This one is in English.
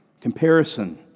Comparison